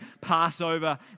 Passover